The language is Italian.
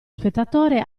spettatore